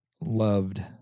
loved